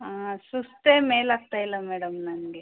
ಹಾಂ ಸುಸ್ತೇ ಮೇಲಾಗ್ತಾಯಿಲ್ಲ ಮೇಡಮ್ ನನಗೆ